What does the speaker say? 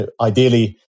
Ideally